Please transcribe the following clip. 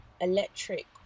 electric